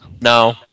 No